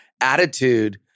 attitude